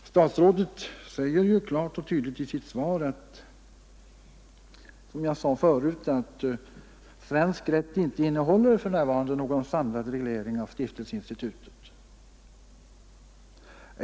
Statsrådet säger ju klart och tydligt i sitt svar att svensk rätt för närvarande inte innehåller någon samlad reglering av stiftelseinstitutet.